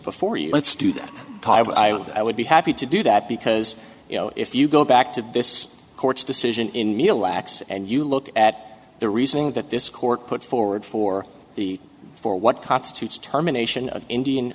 before you let's do that i would be happy to do that because you know if you go back to this court's decision in neil x and you look at the reasoning that this court put forward for the for what constitutes terminations of indian